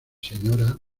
sra